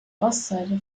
ostseite